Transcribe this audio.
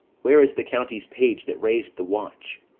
where is the county's page that rais'd the watch?